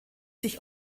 sich